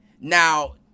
now